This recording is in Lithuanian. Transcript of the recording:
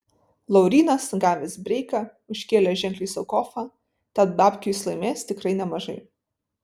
laurynas gavęs breiką užkėlė ženkliai sau kofą tad babkių jis laimės tikrai nemažai